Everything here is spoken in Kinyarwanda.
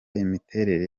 imiterere